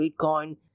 bitcoin